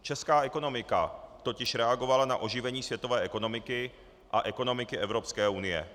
Česká ekonomika totiž reagovala na oživení světové ekonomiky a ekonomiky Evropské unie.